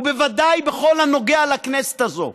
ובוודאי בכל הנוגע לכנסת הזאת.